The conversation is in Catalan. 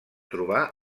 trobar